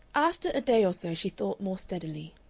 after a day or so she thought more steadily.